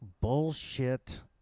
bullshit